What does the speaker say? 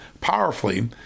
powerfully